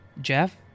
Jeff